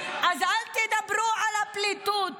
אז אל תדברו על פליטות.